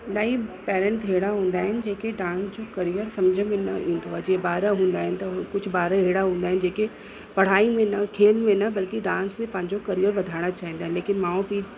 नई पेरेंट हेड़ा हूंदा आहिनि जेके डांस जो करियर सम्झि में न ईंदो आहे जीअं ॿार हूंदा आहिनि त हू कुझु ॿार हेड़ा हूंदा आहिनि जेके पढ़ाई में न खेल में न बल्कि डांस में पंहिंजो करियर वधाइणु चाहींदा आहिनि कि माउ पीउ